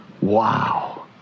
Wow